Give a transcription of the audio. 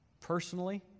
personally